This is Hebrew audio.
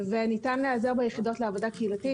וניתן להיעזר שביחידות לעבודה קהילתית